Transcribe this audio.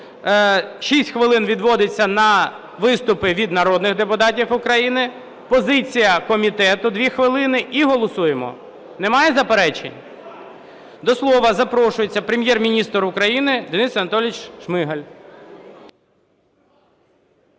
6 хвилин відводиться на виступи від народних депутатів України, позиція комітету 2 хвилини і голосуємо. Немає заперечень? До слова запрошується Прем'єр-міністр України Денис Анатолійович Шмигаль.